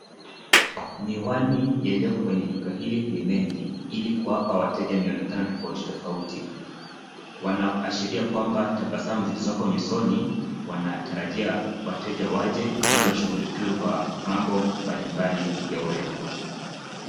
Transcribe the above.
Miwani yaliyoko kwenye duka hili ni mengi, ili kuwapa wateja mionekano tofauti tofauti. Wanaashiria kwamba tabasamu zilizoko nyusoni, wanatarajia wateja waje ili washughulikie kwa mambo mbali mbali ya urembo.